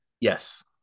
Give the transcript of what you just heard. Yes